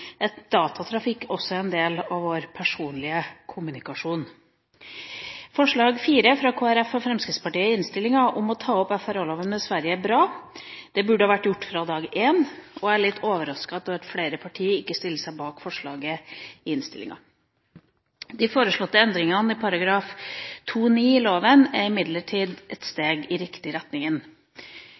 at man – synlig – ikke bryr seg om at datatrafikk også er en del av vår personlige kommunikasjon. Forslag nr. 4, fra Kristelig Folkeparti og Fremskrittspartiet, i innstillinga, om å ta opp FRA-loven med Sverige, er bra. Det burde vært gjort fra dag én. Jeg er litt overrasket over at flere partier ikke stiller seg bak forslaget. De foreslåtte endringene i § 2-9 i loven er imidlertid et steg i riktig